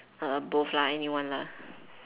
err both lah anyone one lah